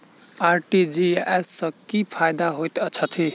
RTGS सँ की फायदा होइत अछि?